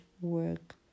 work